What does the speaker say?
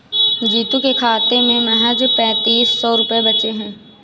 जीतू के खाते में महज पैंतीस सौ रुपए बचे हैं